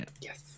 Yes